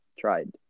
tried